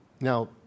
Now